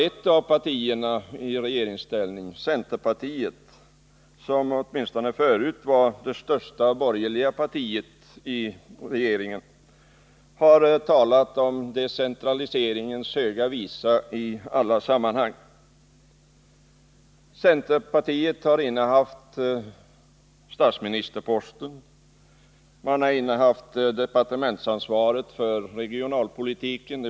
Ett av de nuvarande regeringspartierna, centerpartiet, som åtminstone förut var det största borgerliga partiet, har i alla sammanhang sjungit decentraliseringens höga visa. Centerpartiet har i trepartiregeringen hela tiden innehaft statsministerposten och dessutom departementsansvaret för regionalpolitiken.